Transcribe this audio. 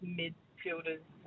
midfielders